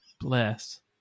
Bless